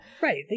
right